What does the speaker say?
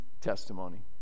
testimony